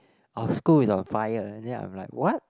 our school is on fire then I'm like what